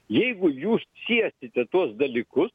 jeigu jūs siesite tuos dalykus